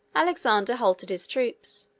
alexander halted his troops.